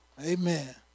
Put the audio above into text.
Amen